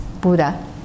Buddha